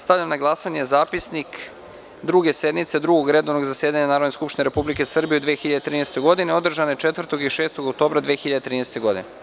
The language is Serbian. Stavljam na glasanje Zapisnik Druge sednice Drugog redovnog zasedanja Narodne skupštine Republike Srbije u 2013. godini, održane 4. i 6. oktobra 2013. godine.